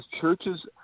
churches